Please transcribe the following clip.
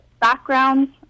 backgrounds